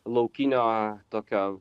laukinio tokio